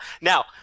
now